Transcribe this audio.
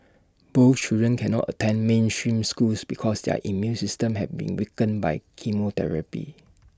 both children cannot attend mainstream schools because their immune systems have been weakened by chemotherapy